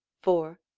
four,